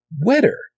wetter